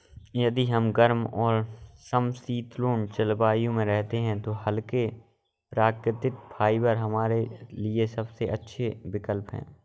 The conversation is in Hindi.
यदि हम गर्म और समशीतोष्ण जलवायु में रहते हैं तो हल्के, प्राकृतिक फाइबर हमारे लिए सबसे अच्छे विकल्प हैं